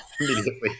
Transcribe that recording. Immediately